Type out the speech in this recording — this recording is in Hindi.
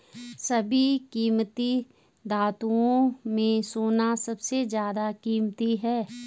सभी कीमती धातुओं में सोना सबसे ज्यादा कीमती है